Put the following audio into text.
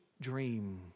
dream